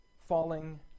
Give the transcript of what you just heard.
falling